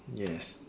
yes